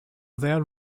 their